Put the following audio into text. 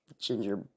ginger